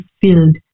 field